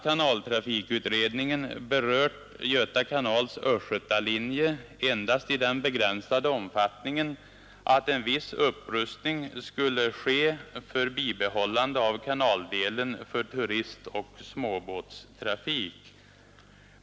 Kanaltrafikutredningen har berört Göta kanals östgötalinje endast i den begränsade omfattningen, att en viss upprustning skulle ske för bibehållande av kanaldelen för turistoch småbåtstrafik.